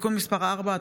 (תיקון מס' 4),